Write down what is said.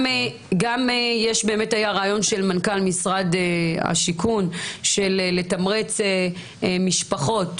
היה רעיון של מנכ"ל משרד השיכון לתמרץ משפחות